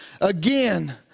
Again